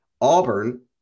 Auburn